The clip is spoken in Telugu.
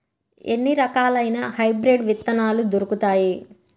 ఎన్ని రకాలయిన హైబ్రిడ్ విత్తనాలు దొరుకుతాయి?